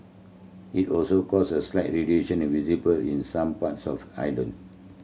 it also caused a slight in visible in some parts of island